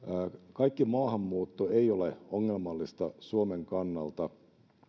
kaikki maahanmuutto ei ole ongelmallista suomen kannalta